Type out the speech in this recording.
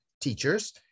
teachers